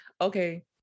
okay